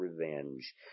revenge